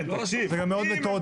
זה גם מאוד מתודי.